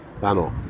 Vamos